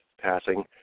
passing